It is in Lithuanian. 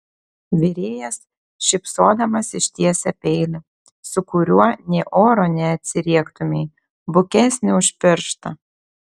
virėjas šypsodamas ištiesia peilį su kuriuo nė oro neatsiriektumei bukesnį už pirštą